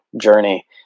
journey